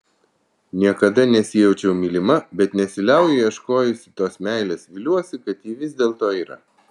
niekada nesijaučiau mylima bet nesiliauju ieškojusi tos meilės viliuosi kad ji vis dėlto yra